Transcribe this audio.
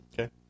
Okay